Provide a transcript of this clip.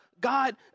God